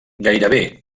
gairebé